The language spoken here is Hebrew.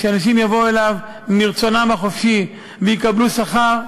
שאנשים יבואו אליו מרצונם החופשי ויקבלו שכר,